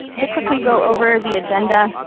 to quickly go over the agenda,